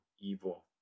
evil